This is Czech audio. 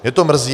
Mě to mrzí.